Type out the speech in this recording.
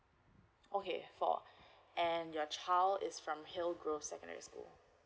okay four and your child is from hilgrove secondary school